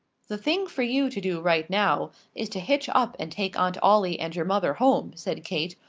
the thing for you to do right now is to hitch up and take aunt ollie and your mother home, said kate.